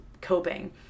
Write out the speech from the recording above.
coping